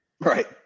Right